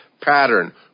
pattern